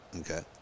Okay